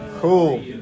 Cool